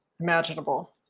imaginable